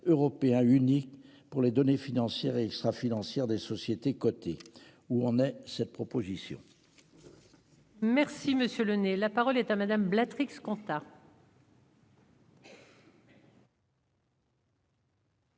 européen unique pour les données financières et extra-financière des sociétés cotées. Où en est cette proposition. Merci monsieur le nez. La parole est à madame Blétry. Ce constat.